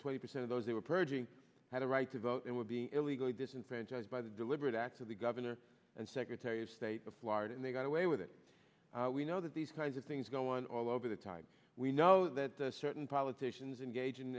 twenty percent of those they were purging had a right to vote and were being illegally disenfranchised by the deliberate act of the governor and secretary of state of florida and they got away with it we know that these kinds of things go on all over the time we know that certain politicians engag